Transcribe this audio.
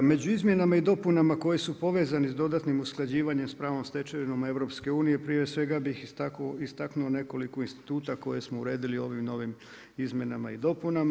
Među izmjenama i dopunama koje su povezane s dodatnim usklađivanjima s pravnom stečevinom EU, prije svega bi istaknuo nekoliko instituta koji smo uredili ovim novim izmjenama i dopunama.